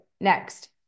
next